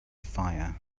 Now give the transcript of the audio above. fire